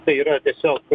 tai yra tiesiog